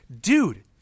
dude